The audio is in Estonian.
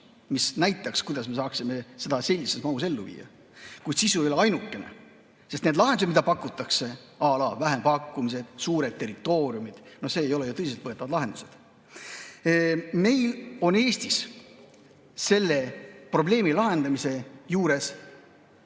mis näitaks, kuidas me saaksime seda senises mahus ellu viia. Kuid sisu ei ole ainukene, sest need lahendused, mida pakutakse,à lavähempakkumised, suured territooriumid – no need ei ole ju tõsiselt võetavad lahendused. Meil on Eestis selle probleemi lahendamise juures